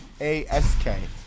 A-S-K